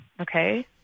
okay